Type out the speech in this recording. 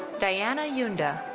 diana yunda.